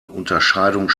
unterscheidung